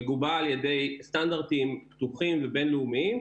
מגובה על ידי סטנדרטים פתוחים ובין לאומיים,